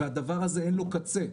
ולדבר הזה אין קצה.